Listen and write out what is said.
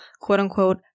quote-unquote